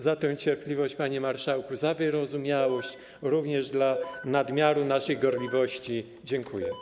Za tę cierpliwość, panie marszałku, za wyrozumiałość również dla nadmiaru naszej gorliwości dziękuję.